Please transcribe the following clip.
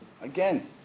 Again